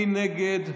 מי נגד?